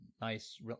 nice